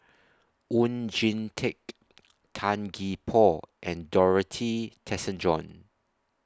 Oon Jin Teik Tan Gee Paw and Dorothy Tessensohn